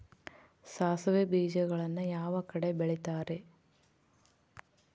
ಸಾಸಿವೆ ಬೇಜಗಳನ್ನ ಯಾವ ಕಡೆ ಬೆಳಿತಾರೆ?